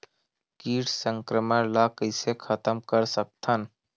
कीट संक्रमण ला कइसे खतम कर सकथन?